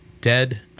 dead